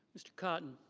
mr. cotton.